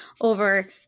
over